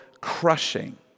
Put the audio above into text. crushing